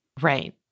Right